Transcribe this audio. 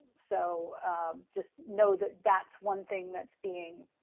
so just know that that's one thing that's being